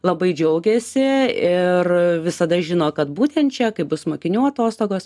labai džiaugiasi ir visada žino kad būtent čia kai bus mokinių atostogos